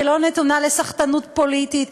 שלא נתונה לסחטנות פוליטית.